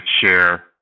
share